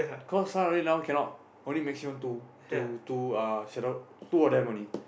cause Sun only now cannot only maximum two two two uh shadow two of them only